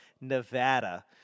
Nevada